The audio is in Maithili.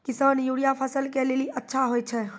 किसान यूरिया फसल के लेली अच्छा होय छै?